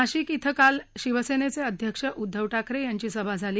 नाशिक इथं काल शिवसद्धी अध्यक्ष उद्धव ठाकर विंची सभा झाली